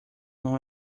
não